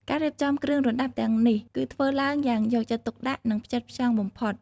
ការរៀបចំគ្រឿងរណ្តាប់ទាំងនេះគឺធ្វើឡើងយ៉ាងយកចិត្តទុកដាក់ និងផ្ចិតផ្ចង់បំផុត។